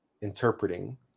interpreting